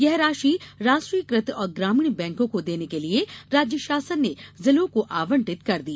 यह राशि राष्ट्रीयकृत और ग्रामीण बैंकों को देने के लिए राज्य शासन ने जिलों को आवंटित कर दी